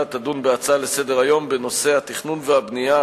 תדון בהצעה לסדר-היום בנושא: התכנון והבנייה,